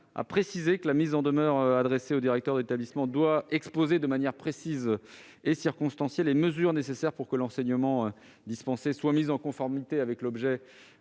explicitement que « la mise en demeure adressée au directeur de l'établissement doit exposer de manière précise et circonstanciée les mesures nécessaires pour que l'enseignement dispensé soit mis en conformité avec l'objet